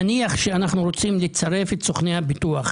נניח שאנחנו רוצים לצרף את סוכני הביטוח,